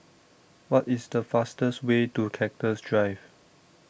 What IS The fastest Way to Cactus Drive